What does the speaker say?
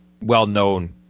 well-known